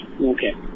Okay